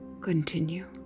Continue